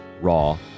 raw